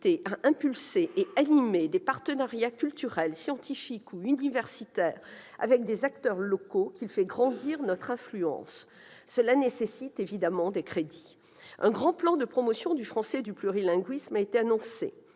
à engager et à animer des partenariats culturels, scientifiques ou universitaires avec des acteurs locaux qu'il fait grandir notre influence. Cela nécessite évidemment des crédits. Un grand plan de promotion du français et du plurilinguisme a été annoncé,